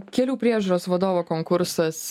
kelių priežiūros vadovo konkursas